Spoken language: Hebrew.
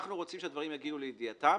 אנחנו רוצים שהדברים יגיעו לידיעתם,